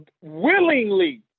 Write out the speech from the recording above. willingly